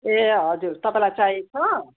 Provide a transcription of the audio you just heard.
ए हजुर तपाईँलाई चाहिएको छ